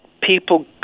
People